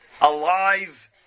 alive